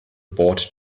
bought